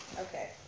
Okay